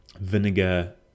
vinegar